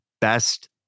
best